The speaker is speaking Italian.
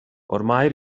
ormai